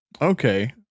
Okay